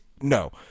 no